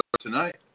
tonight